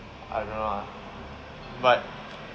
I don't know lah but